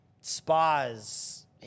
spas